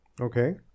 Okay